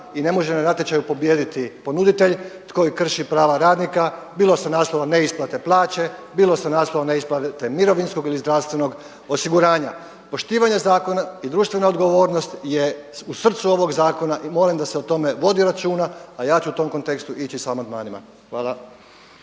i ne može na natječaju pobijediti ponuditelj koji krši prava radnika bilo sa naslov neisplate plaće, bilo sa naslova neisplate mirovinskog ili zdravstvenog osiguranja. Poštivanje zakona i društvena odgovornost je u srcu ovog zakona i molim da se o tome vodi računa a ja ću u tom kontekstu ići sa amandmanima. Hvala.